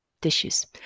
tissues